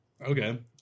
Okay